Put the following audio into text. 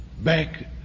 back